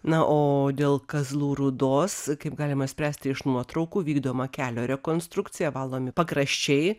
na o dėl kazlų rūdos kaip galima spręsti iš nuotraukų vykdoma kelio rekonstrukcija valomi pakraščiai